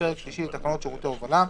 ופרק שלישי לתקנות שירותי הובלה,